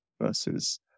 versus